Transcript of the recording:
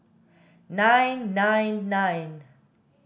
nine nine nine